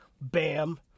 Bam